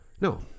no